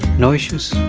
no issues.